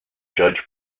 judge